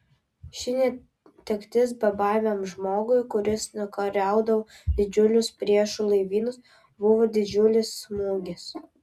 ši netektis bebaimiam žmogui kuris nukariaudavo didžiulius priešų laivynus buvo didžiulis smūgis